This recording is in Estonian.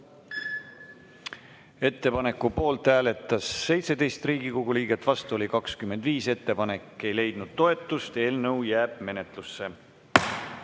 Ettepaneku poolt hääletas 17 Riigikogu liiget, vastu oli 25. Ettepanek ei leidnud toetust ja eelnõu jääb menetlusse.